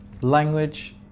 language